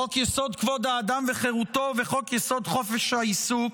חוק-יסוד: כבוד האדם וחירותו וחוק-יסוד: חופש העיסוק,